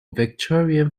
victorian